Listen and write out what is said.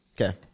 Okay